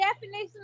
definition